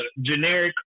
generic